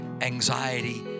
anxiety